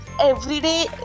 Everyday